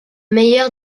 meilleur